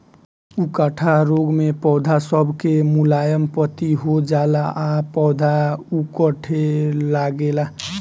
उकठा रोग मे पौध सब के मुलायम पत्ती हो जाला आ पौधा उकठे लागेला